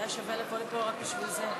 היה שווה לבוא לפה רק בשביל זה.